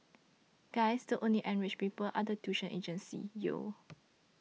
guys the only enriched people are the tuition agencies yo